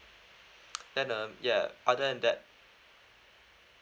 then um ya other than that